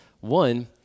One